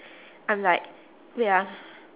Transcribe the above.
I'm like wait ah